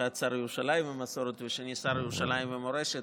אחד שר ירושלים ומסורת ושני שר לירושלים ומורשת,